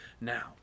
now